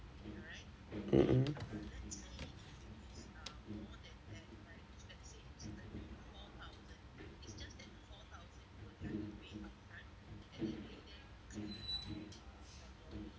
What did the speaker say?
mmhmm